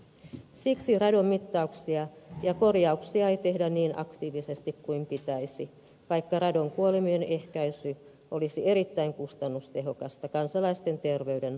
siksi radonmittauksia ja korjauksia ei tehdä niin aktiivisesti kuin pitäisi vaikka radonkuolemien ehkäisy olisi erittäin kustannustehokasta kansalaisten terveyden parannustyötä